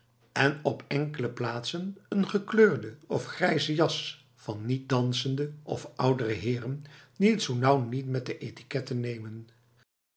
en op enkele plaatsen een gekleurde of grijze jas van niet dansende of oudere heeren die t zoo nauw niet met de étiquette nemen